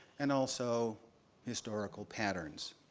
and also historical patterns.